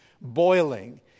boiling